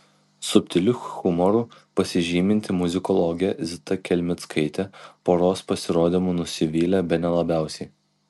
subtiliu humoru pasižyminti muzikologė zita kelmickaitė poros pasirodymu nusivylė bene labiausiai